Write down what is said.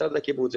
מצד הקיבוץ.